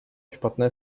špatné